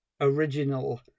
original